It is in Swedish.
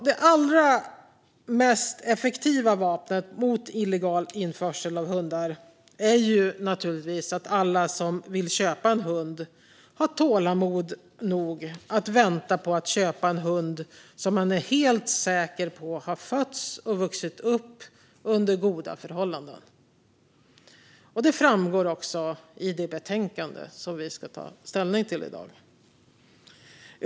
Det allra effektivaste vapnet mot illegal införsel av hundar är naturligtvis att alla som vill köpa en hund har tålamod nog att vänta på att köpa en hund som man är helt säker på har fötts och vuxit upp under goda förhållanden. Detta framgår också av det betänkande som vi ska ta ställning till i dag.